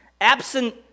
Absent